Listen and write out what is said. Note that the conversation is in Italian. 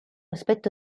aspetto